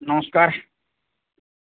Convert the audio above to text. ନମସ୍କାର